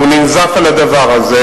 הוא ננזף על הדבר הזה,